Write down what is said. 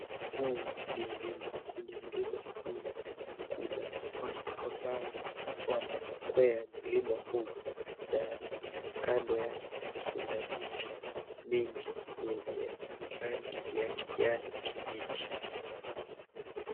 Huu ni mlima, kwenye mlima huu kuna watu ambao wanaukwea mlima huu na kando yao kuna miti mingi yenye rangi ya kijani kibichi.